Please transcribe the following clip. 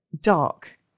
dark